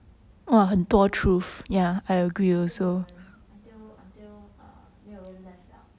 until until 没有人 until until err 没有人 left liao